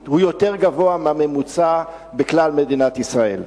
הוא יותר גבוה מהממוצע בכלל מדינת ישראל.